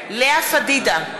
לאה פדידה,